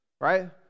Right